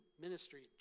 ministry